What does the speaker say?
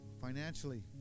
Financially